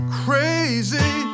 crazy